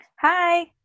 Hi